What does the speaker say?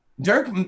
Dirk